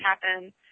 happen